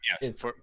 yes